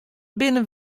binne